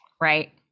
Right